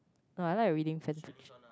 no I like a reading fans